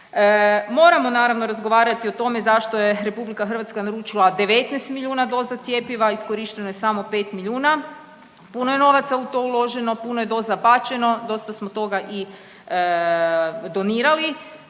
Moramo naravno razgovarati o tome zašto je RH naručila 19 milijuna doza cjepiva, iskorišteno je samo 5 milijuna. Puno je novaca u to uloženo, puno je doza bačeno, dosta smo toga i donirali.